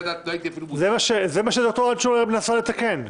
זה מה שהיא מנסה לתקן.